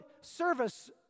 service